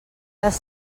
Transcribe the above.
les